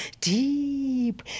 deep